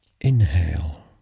Inhale